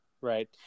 right